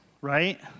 right